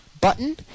button